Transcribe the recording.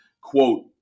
quote